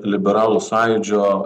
liberalų sąjūdžio